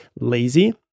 lazy